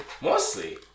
mostly